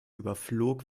überflog